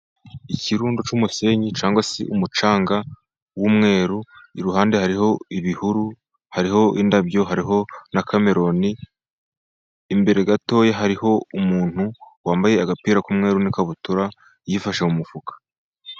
Ikirundo cy'umusenyi cyangwa se umucanga w'umweru. Iruhande hariho ibihuru, hariho indabyo, hariho na kameroni. Imbere gatoya hariho umuntu wambaye agapira k'umweru n'ikabutura yifashe mu mufuka.